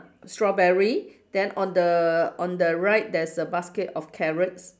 strawberry then on the on the right there's a basket of carrots